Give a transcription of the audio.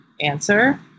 answer